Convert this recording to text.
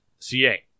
ca